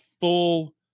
full